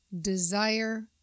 Desire